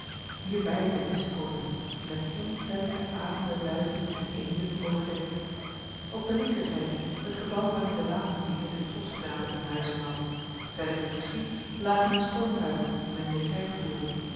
hierbij de mesthopen met ontellijke azende duiven en eenden overdekt op de linkerzijde het gebouw waarin de wapenlieden en trosknapen hun huizing hadden verder in het verschiet lagen de stormtuigen die men in de krijg voerde